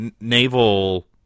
naval